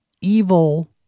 Evil